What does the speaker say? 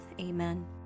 Amen